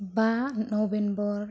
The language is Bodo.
बा नभेम्बर